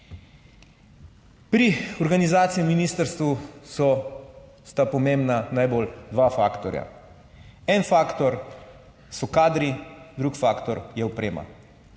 Pri organizaciji ministrstva so, sta pomembna najbolj dva faktorja. En faktor so kadri, drug faktor je oprema.